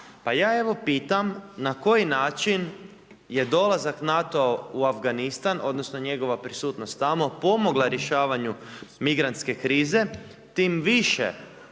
Pa ja evo pitam, na koji način je dolazak NATO-a u Afganistan odnosno njegova prisutnost tamo pomogla rješavanju migrantske krize. Tim više